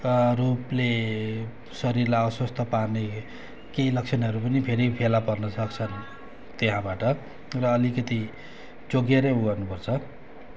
रूपले शरीरलाई अस्वस्थ पार्ने केही लक्षणहरू पनि फेरि फेला पर्न सक्छन् त्यहाँबाट र अलिकति जोगिएरै ऊ गर्नुपर्छ